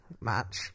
match